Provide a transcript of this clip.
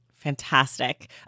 Fantastic